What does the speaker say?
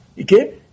Okay